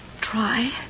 try